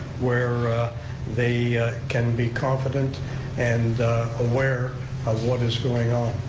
where they can be confident and aware of what is going on.